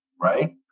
Right